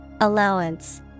Allowance